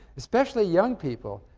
especially young people.